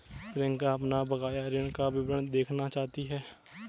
प्रियंका अपना बकाया ऋण का विवरण देखना चाहती है